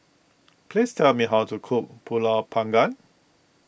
please tell me how to cook Pulut Panggang